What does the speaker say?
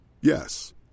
Yes